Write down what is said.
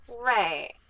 Right